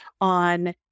on